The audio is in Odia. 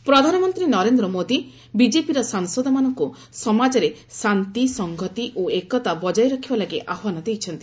ବିଜେପି ମିଟିଂ ପ୍ରଧାନମନ୍ତ୍ରୀ ନରେନ୍ଦ୍ର ମୋଦି ବିଜେପିର ସାସଂଦମାନଙ୍କୁ ସମାଜରେ ଶାନ୍ତି ସଂହତି ଓ ଏକତା ବକାୟ ରଖିବା ଲାଗି ଆହ୍ୱାନ ଦେଇଛନ୍ତି